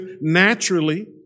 naturally